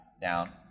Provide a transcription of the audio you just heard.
down